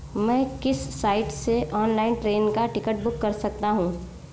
मैं किस साइट से ऑनलाइन ट्रेन का टिकट बुक कर सकता हूँ?